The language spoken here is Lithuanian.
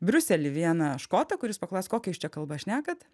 briusely vieną škotą kuris paklausė kokia jūs čia kalba šnekat